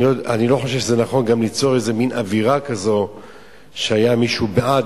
אני גם לא חושב שזה נכון ליצור איזה מין אווירה כזאת שהיה מישהו בעד,